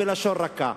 בלשון רכה.